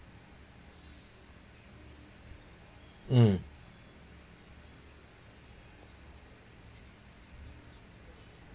um